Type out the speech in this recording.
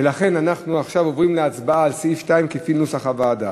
ולכן אנחנו עוברים להצבעה על סעיף 2 כפי נוסח הוועדה.